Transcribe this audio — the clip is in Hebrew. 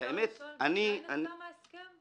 אפשר לשאול מתי נחתם ההסכם?